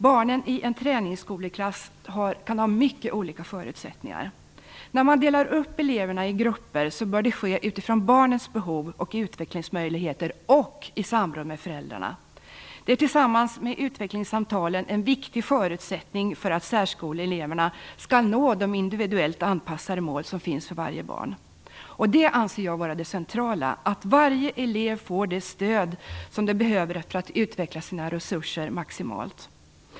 Barnen i en träningsskoleklass kan ha mycket olika förutsättningar. När man delar upp eleverna i grupper bör det ske utifrån barnens behov och utvecklingsmöjligheter och i samråd med föräldrarna. Detta tillsammans med utvecklingssamtalen utgör en viktig förutsättning för att särskoleeleverna skall nå de individuellt anpassade mål som finns för varje barn. Detta anser jag vara det centrala, att varje elev får det stöd som denne behöver för att utveckla sina resurser maximalt.